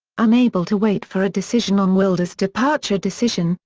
unable to wait for a decision on wylde's departure decision,